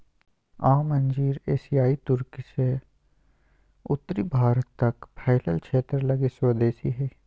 आम अंजीर एशियाई तुर्की से उत्तरी भारत तक फैलल क्षेत्र लगी स्वदेशी हइ